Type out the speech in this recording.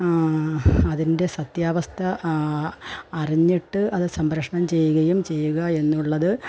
അതിൻ്റെ സത്യാവസ്ഥ അറിഞ്ഞിട്ട് അത് സംപ്രേഷണം ചെയ്യുകയും ചെയ്യുക എന്നുള്ളത്